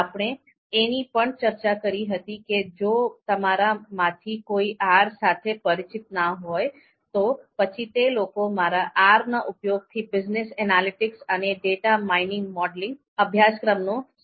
આપણે એની પણ ચર્ચા કરી હતી કે જો તમારા માંથી કોઈ R સાથે પરિચિત ના હોય તો પછી તે લોકો મારા R ના ઉપયોગ થી બીઝનેસ એનાલિટિક્સ અને ડેટા માઇનિંગ મોડેલિંગ અભ્યાસક્રમ નો સંધાર્ભલ્યો શકે છે